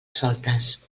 soltes